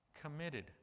committed